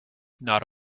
not